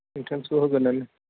इन्ट्रेन्सखौ होगोरनानै